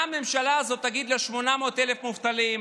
מה הממשלה הזאת תגיד ל-800,000 מובטלים?